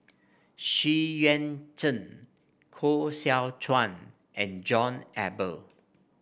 Xu Yuan Zhen Koh Seow Chuan and John Eber